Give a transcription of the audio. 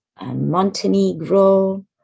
Montenegro